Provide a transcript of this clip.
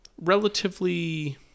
relatively